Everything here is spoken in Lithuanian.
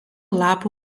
lapų